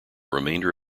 remainder